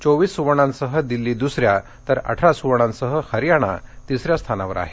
चोवीस सुवर्णांसह दिल्ली दुसऱ्या तर अठरा सुवर्णांसह हरियाणा तिसऱ्या स्थानावर आहेत